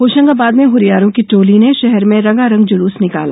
होशंगाबाद में हुरियारों की टोली ने शहर में रंगारंग जुलूस निकाला